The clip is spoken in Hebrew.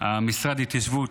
שהמשרד להתיישבות,